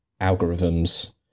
algorithms